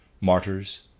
Martyrs